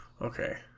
Okay